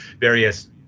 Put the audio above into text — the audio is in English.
various